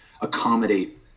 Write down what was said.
accommodate